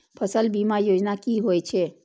फसल बीमा योजना कि होए छै?